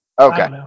okay